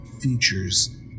features